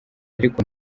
ariko